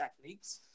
techniques